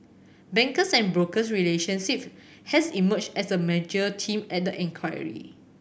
banks and broker have emerged as a major theme at the inquiry